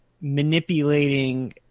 manipulating